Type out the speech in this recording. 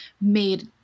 made